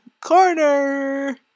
corner